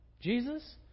Jesus